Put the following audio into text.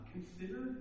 Consider